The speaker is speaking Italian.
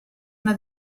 una